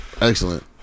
excellent